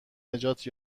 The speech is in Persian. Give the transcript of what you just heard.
نجات